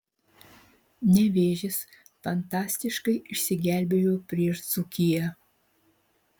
nevėžis fantastiškai išsigelbėjo prieš dzūkiją